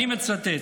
אני מצטט: